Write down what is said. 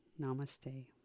Namaste